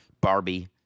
Barbie